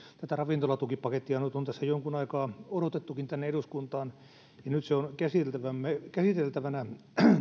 tätä ravintolatukipakettia nyt on tässä jonkun aikaa odotettukin tänne eduskuntaan ja nyt se on käsiteltävänä käsiteltävänä